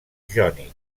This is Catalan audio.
jònic